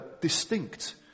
distinct